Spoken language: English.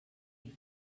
had